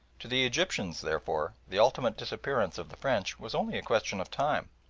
to the egyptians, therefore, the ultimate disappearance of the french was only a question of time,